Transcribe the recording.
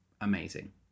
amazing